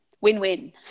Win-win